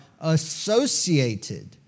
associated